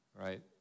right